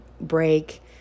break